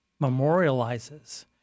memorializes